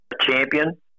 Champion